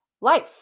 life